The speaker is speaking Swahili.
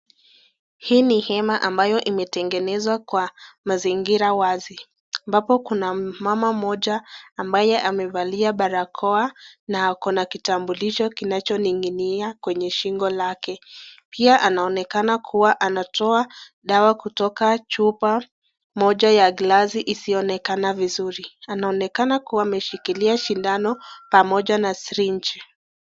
Hii ni hema ambayo imetengenezwa kwa mazingira wazi ambapo kuna mama mmoja ambaye amevalia barakoa na ako na kitambulisho kinacho ninginia kwenye shingo lake. Pia anaonekana kua anatoa dawa kutoka chupa moja ya glasi isionekane vizuri. anaonekana kua ameshikilia sindano pamoja na syringe